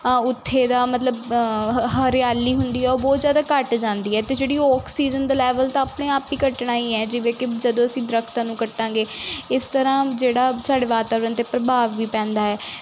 ਆ ਉੱਥੇ ਦਾ ਮਤਲਬ ਹਰਿਆਲੀ ਹੁੰਦੀ ਆ ਉਹ ਬਹੁਤ ਜ਼ਿਆਦਾ ਘੱਟ ਜਾਂਦੀ ਹੈ ਅਤੇ ਜਿਹੜੀ ਆਕਸੀਜਨ ਦਾ ਲੈਵਲ ਤਾਂ ਆਪਣੇ ਆਪ ਹੀ ਘੱਟਣਾ ਹੀ ਹੈ ਜਿਵੇਂ ਕਿ ਜਦੋਂ ਅਸੀਂ ਦਰੱਖਤਾਂ ਨੂੰ ਕੱਟਾਂਗੇ ਇਸ ਤਰ੍ਹਾਂ ਜਿਹੜਾ ਸਾਡੇ ਵਾਤਾਵਰਨ 'ਤੇ ਪ੍ਰਭਾਵ ਵੀ ਪੈਂਦਾ ਹੈ